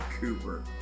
Cooper